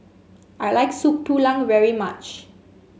I like Soup Tulang very much